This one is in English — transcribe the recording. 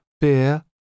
Beer